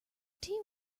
tea